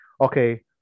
okay –